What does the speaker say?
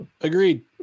Agreed